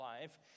life